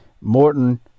morton